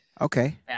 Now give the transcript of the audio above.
Okay